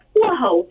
whoa